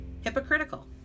hypocritical